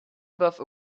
above